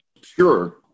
Sure